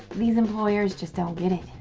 these employers just don't get it.